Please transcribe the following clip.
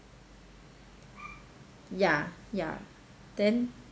ya ya then